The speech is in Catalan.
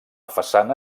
façana